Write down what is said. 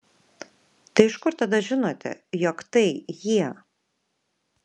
tai iš kur tada žinote jog tai jie